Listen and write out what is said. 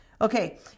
Okay